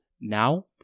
now